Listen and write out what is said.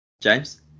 James